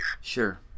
Sure